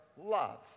love